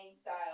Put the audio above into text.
style